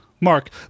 Mark